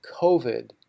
COVID